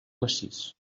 massís